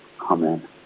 Amen